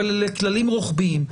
אבל אלה כללים רוחביים.